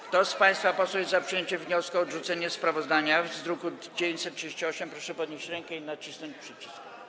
Kto z państwa posłów jest za przyjęciem wniosku o odrzucenie sprawozdania z druku nr 938, proszę podnieść rękę i nacisnąć przycisk.